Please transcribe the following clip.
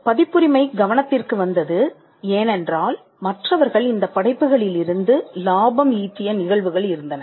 பதிப்புரிமை கவனத்திற்கு வந்தது ஏனென்றால் மற்றவர்கள் இந்த படைப்புகளிலிருந்து லாபம் ஈட்டிய நிகழ்வுகள் இருந்தன